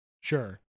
sure